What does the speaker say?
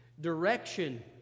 Direction